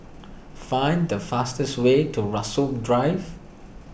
find the fastest way to Rasok Drive